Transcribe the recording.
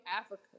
Africa